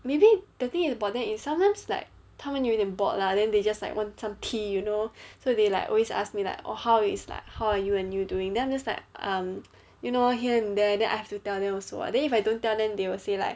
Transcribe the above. maybe the thing about them is sometimes like 他们有一点 bored lah then they just like want some tea you know so they like always ask me like oh how it is like how are you and you doing then I'm just like um you know here and there then I have to tell them also then if I don't tell them they will say like